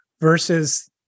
Versus